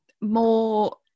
more